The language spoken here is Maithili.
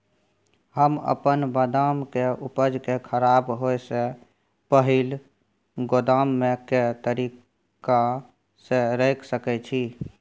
हम अपन बदाम के उपज के खराब होय से पहिल गोदाम में के तरीका से रैख सके छी?